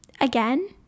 again